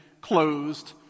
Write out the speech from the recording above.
closed